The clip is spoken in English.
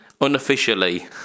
unofficially